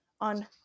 on